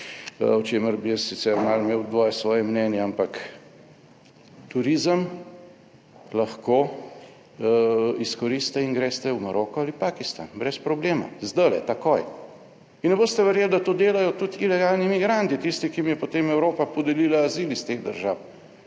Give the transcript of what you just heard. o čemer bi jaz sicer malo imel / nerazumljivo/ svoje mnenje, ampak turizem lahko izkoristite in greste v Maroko ali Pakistan brez problema, zdajle takoj. In ne boste verjeli, da to delajo tudi ilegalni migranti, tisti, ki jim je potem Evropa podelila azil, iz teh držav.